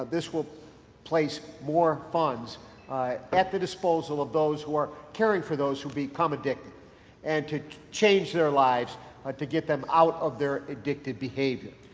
this will place more funds at the disposal of those who are caring for those who become addicted and to change their lives, but to get them out of their addictive behavior.